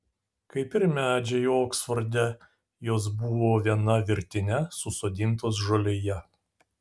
kaip ir medžiai oksforde jos buvo viena virtine susodintos žolėje